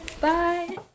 Bye